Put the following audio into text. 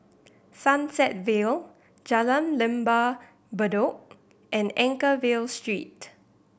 Sunset Vale Jalan Lembah Bedok and Anchorvale Street